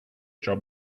job